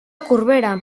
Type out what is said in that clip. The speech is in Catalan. corbera